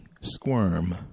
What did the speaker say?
squirm